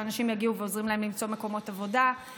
שאנשים יגיעו ועוזרים להם למצוא מקומות עבודה,